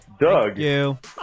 Doug